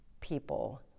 people